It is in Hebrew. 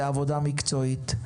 לעבודה מקצועית.